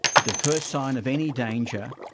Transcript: at the first sign of any danger,